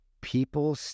people